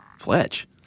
Fletch